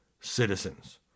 citizens